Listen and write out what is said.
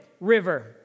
River